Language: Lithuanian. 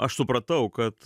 aš supratau kad